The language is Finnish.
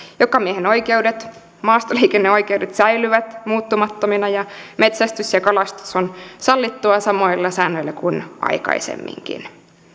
jokamiehenoikeudet maastoliikenneoikeudet säilyvät muuttumattomina ja metsästys ja kalastus on sallittua samoilla säännöillä kuin aikaisemminkin